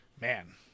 man